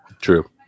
True